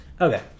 okay